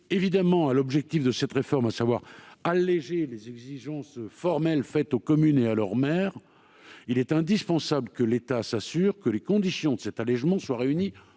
évidemment à l'objectif de cette réforme, à savoir alléger les exigences formelles qui pèsent sur les communes et leurs maires, il est indispensable que l'État s'assure que les conditions en termes de sécurité de cet allégement soient réunies.